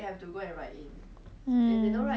that's the money I'm surviving on